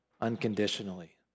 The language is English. unconditionally